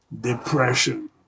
depression